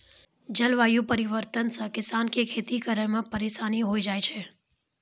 जलवायु परिवर्तन से किसान के खेती करै मे परिसानी होय जाय छै